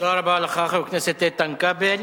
תודה רבה לך, חבר הכנסת איתן כבל.